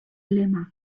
lema